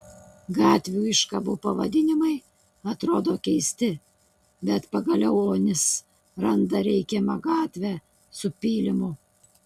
gatvių iškabų pavadinimai atrodo keisti bet pagaliau onis randa reikiamą gatvę su pylimu